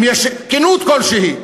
אם יש כנות כלשהי.